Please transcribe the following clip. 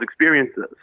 experiences